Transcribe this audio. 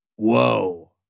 Whoa